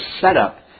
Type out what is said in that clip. setup